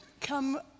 come